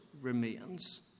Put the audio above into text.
remains